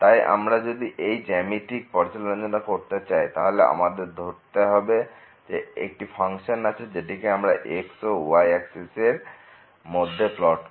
তাই আমরা যদি এর জ্যামিতিক পর্যালোচনা করতে চাই তাহলে আমাদের ধরতে হবে যে একটি ফাংশন আছে যেটিকে আমরা x ও y অ্যাক্সিস এরমধ্যে প্লোট করছি